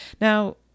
Now